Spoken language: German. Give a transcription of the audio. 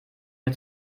wir